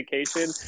education